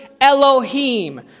Elohim